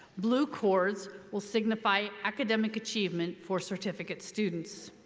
blue cords will signify academic achievement for certificate students.